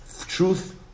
Truth